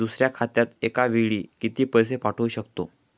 दुसऱ्या खात्यात एका वेळी किती पैसे पाठवू शकतो?